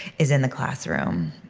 is in the classroom.